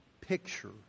picture